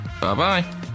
Bye-bye